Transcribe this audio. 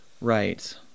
Right